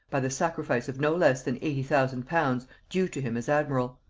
by the sacrifice of no less than eighty thousand pounds due to him as admiral.